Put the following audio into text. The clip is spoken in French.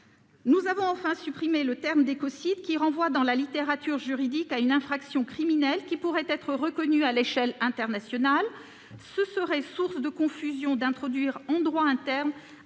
Nous avons enfin supprimé le terme d'écocide, qui renvoie dans la littérature juridique à une infraction criminelle pouvant être reconnue à l'échelle internationale. Ce serait source de confusion d'introduire en droit interne